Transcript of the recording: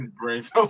brave